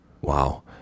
Wow